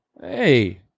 Hey